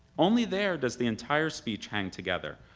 only there does the entire speech hang together,